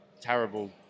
terrible